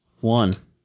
One